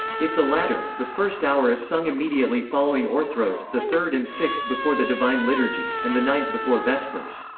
if the latter, the first hour is sung immediately following orthros, the third and sixth before the divine liturgy, and the ninth before vespers.